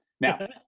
now